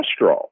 cholesterol